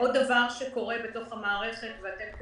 עוד דבר שקורה בתוך המערכת, ואתם כוועדה,